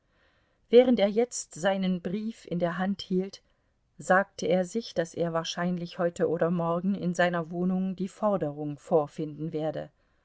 während er jetzt seinen brief in der hand hielt sagte er sich daß er wahrscheinlich heute oder morgen in seiner wohnung die forderung vorfinden werde